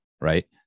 right